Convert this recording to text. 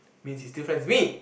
means he's still friends with me